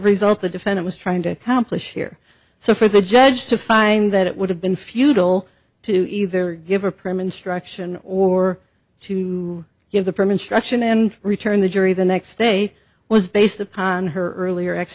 result the defend it was trying to accomplish here so for the judge to find that it would have been futile to either give her prim and struction or to give the permit struction and return the jury the next day was based upon her earlier x